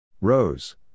Rose